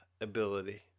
ability